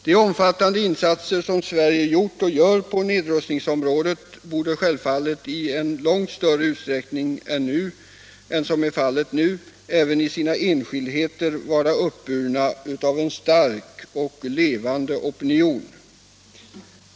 De omfattande insatser som Sverige gjort och gör på nedrustnings = tetsverksamhetsområdet borde självfallet i långt större utsträckning än som nu är fallet område även i sina enskildheter vara uppburna av en stark och levande opinion.